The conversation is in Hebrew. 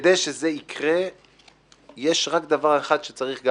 כדי שזה יקרה יש רק דבר אחד שצריך גם